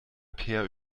peer